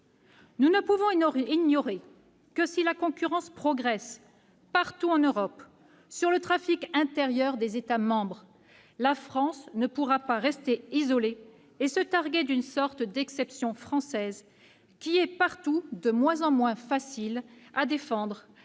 Nous ne pouvons ignorer que, si la concurrence progresse partout en Europe sur le trafic intérieur des États membres, la France ne pourra pas rester isolée et se targuer d'une sorte d'exception française de moins en moins facile à défendre,